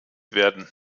werden